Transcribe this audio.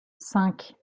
cinq